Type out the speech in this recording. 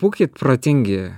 būkit protingi